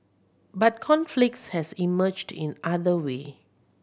but conflicts has emerged in other way